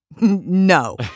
no